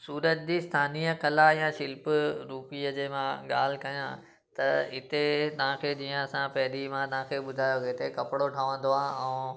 सूरत जी स्थानीय कला या शिल्प रूपीअ जे मां ॻाल्हि कयां त हिते तव्हांखे जीअं असां पहिरीं मां तव्हांखे ॿुधायो हिते कपिड़ो ठहंदो आहे ऐं